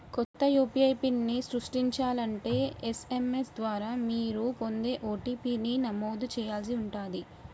కొత్త యూ.పీ.ఐ పిన్ని సృష్టించాలంటే ఎస్.ఎం.ఎస్ ద్వారా మీరు పొందే ఓ.టీ.పీ ని నమోదు చేయాల్సి ఉంటాది